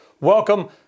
Welcome